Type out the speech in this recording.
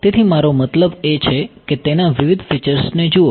તેથી મારો મતલબ છે કે તેના વિવિધ ફીચર્સ જુઓ